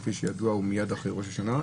שכפי שידוע הוא מיד אחרי ראש השנה.